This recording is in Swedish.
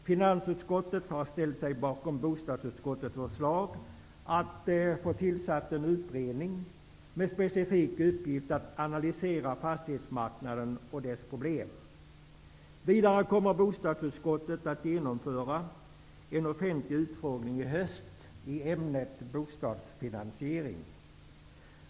Finansutskottet har ställt sig bakom bostadsutskottets förslag om att en utredning skall tillsättas som har den specifika uppgiften att analysera fastighetsmarknaden och dess problem. Vidare kommer bostadsutskottet att genomföra en offentlig utfrågning i höst i ämnet bostadsfinansiering.